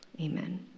Amen